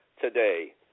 today